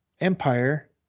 empire